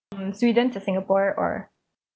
mm sweden to singapore or